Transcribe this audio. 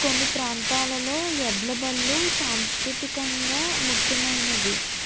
కొన్ని ప్రాంతాలలో ఎడ్ల బళ్ల సాంస్కృతికంగా ముఖ్యమైనవి